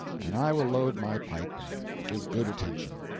and i will load my pipe and give good attention.